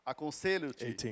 Aconselho-te